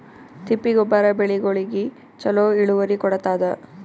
ತಿಪ್ಪಿ ಗೊಬ್ಬರ ಬೆಳಿಗೋಳಿಗಿ ಚಲೋ ಇಳುವರಿ ಕೊಡತಾದ?